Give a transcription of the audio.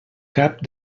cap